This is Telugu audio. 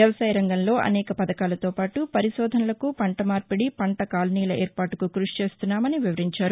వ్యవసాయ రంగంలో అనేక పథకాలతో పాటు పరిశోధనలకు పంట మార్పిడి పంట కాలనీల ఏర్పాటుకు కృషి చేస్తున్నామని వివరించారు